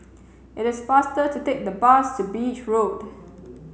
it is faster to take the bus to Beach Road